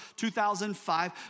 2005